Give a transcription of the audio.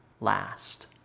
last